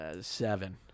seven